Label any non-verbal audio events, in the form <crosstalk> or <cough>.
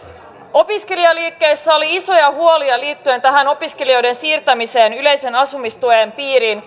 opiskelijaliikkeissä oli isoja huolia kahdesta syystä liittyen tähän opiskelijoiden siirtämiseen yleisen asumistuen piiriin <unintelligible>